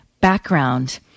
background